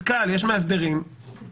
זאת אומרת לא כל מאסדר נתקל בזה.